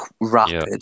rapid